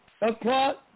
o'clock